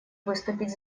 выступить